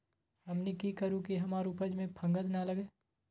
हमनी की करू की हमार उपज में फंगस ना लगे?